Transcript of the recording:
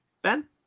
Ben